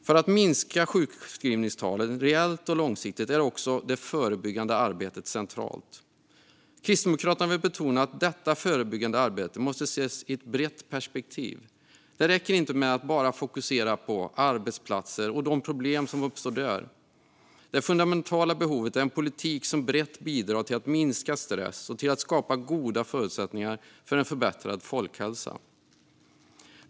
För att minska sjukskrivningstalen reellt och långsiktigt är också det förebyggande arbetet centralt. Kristdemokraterna vill betona att detta förebyggande arbete måste ses i ett brett perspektiv. Det räcker inte med att bara fokusera på arbetsplatser och de problem som uppstår där. Det fundamentala behovet är en politik som brett bidrar till att minska stress och till att skapa goda förutsättningar för en förbättrad folkhälsa.